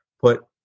put